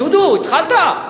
דודו, התחלת?